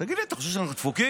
תגיד לי, אתה חושב שאנחנו דפוקים?